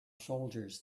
soldiers